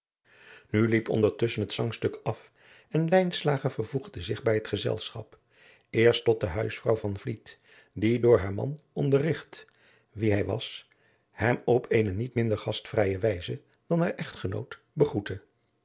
liep ondertusschen het zangstuk af en lijnslager vervoegde zich bij het gezelschap eerst tot de huisvrouw van van vliet die door haar man onderrigt wie hij was hem op eene niet minder gastvrije wijze dan haar echtgenoot begroette